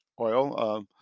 oil